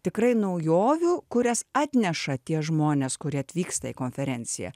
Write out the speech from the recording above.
tikrai naujovių kurias atneša tie žmonės kurie atvyksta į konferenciją